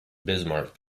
bismarck